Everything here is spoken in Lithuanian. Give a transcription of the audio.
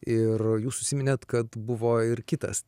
ir jūs užsiminėt kad buvo ir kitas